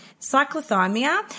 cyclothymia